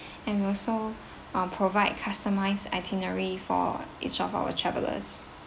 and also um provide customized itinerary for each of our travelers